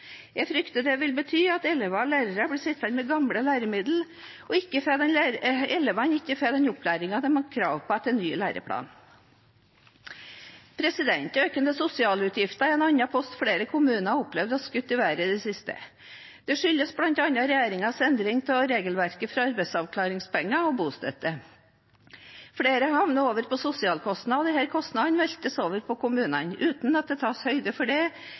Jeg frykter dette vil bety at elevene og lærere blir sittende med gamle læremidler, og at elevene ikke får den opplæringen de har krav på etter ny læreplan. Økende sosialutgifter er en annen post flere kommuner har opplevd at har skutt i været i det siste. Dette skyldes bl.a. regjeringens endring av regelverket for arbeidsavklaringspenger og bostøtte. Flere havner over på sosialhjelp, og disse kostnadene veltes over på kommunene uten at det tas høyde for det